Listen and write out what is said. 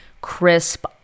crisp